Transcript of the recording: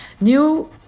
new